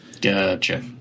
Gotcha